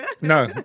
No